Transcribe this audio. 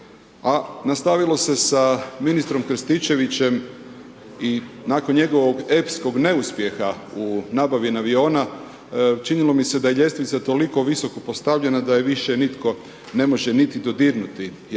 a nastavilo se sa ministrom Krstičevićem i nakon njegovog epskog neuspjeha u nabavi aviona činilo mi se da je ljestvica toliko visoko postavljena da je više nitko ne može niti dodirnuti, jel ponavljam